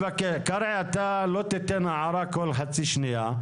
קרעי, אתה לא תיתן הערה כל חצי שנייה.